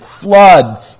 flood